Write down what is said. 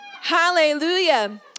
hallelujah